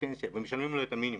ומשלמים לו את המינימום.